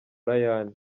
rayane